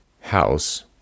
house